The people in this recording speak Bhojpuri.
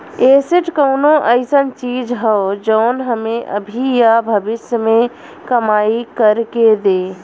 एसेट कउनो अइसन चीज हौ जौन हमें अभी या भविष्य में कमाई कर के दे